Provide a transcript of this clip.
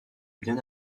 bien